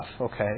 okay